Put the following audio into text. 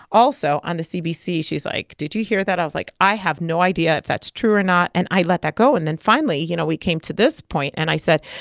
also on the cbc she's like, did you hear that? i was like, i have no idea if that's true or not. and i let that go. and then finally, you know, we came to this point. and i said,